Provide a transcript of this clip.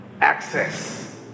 access